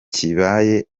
kibaye